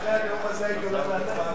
אני אחרי הדיון הזה הייתי הולך להצבעה,